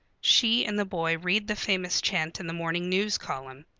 she and the boy read the famous chant in the morning news column.